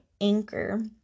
anchor